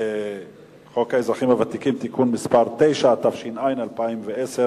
חוק האזרחים הוותיקים (תיקון מס' 9), התש"ע 2010,